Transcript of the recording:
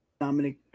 Dominic